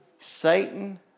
Satan